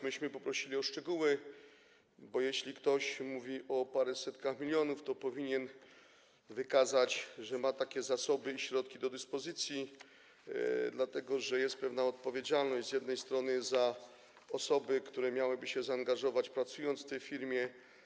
Myśmy poprosili o szczegóły, bo jeśli ktoś mówi o paru setkach milionów, to powinien wykazać, że ma takie zasoby i środki do dyspozycji, dlatego że jest pewna odpowiedzialność z jednej strony za osoby, które miałyby się zaangażować, pracując w tej firmie.